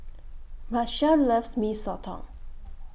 Machelle loves Mee Soto